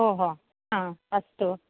अस्तु